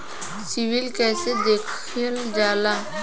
CIBIL कैसे देखल जाला?